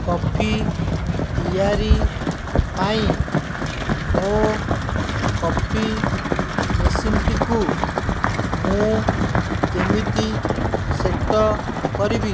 coffee ତିଆରି ପାଇଁ ମୋ କଫି ମେସିନଟିକୁ ମୁଁ କେମିତି ସେଟ୍ କରିବି